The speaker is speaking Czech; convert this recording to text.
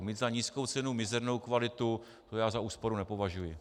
Mít za nízkou cenu mizernou kvalitu za úsporu nepovažuji.